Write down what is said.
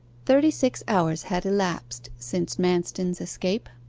thirty-six hours had elapsed since manston's escape.